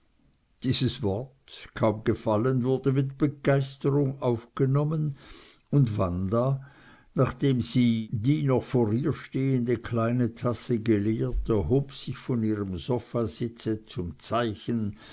dieses wort kaum gefallen wurde mit begeisterung aufgenommen und wanda nachdem sie die noch vor ihr stehende kleine tasse geleert erhob sich von ihrem sofasitze zum zeichen